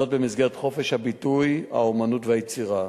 במסגרת חופש הביטוי, האמנות והיצירה.